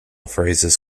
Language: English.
phrases